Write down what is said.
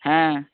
হ্যাঁ